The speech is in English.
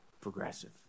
progressive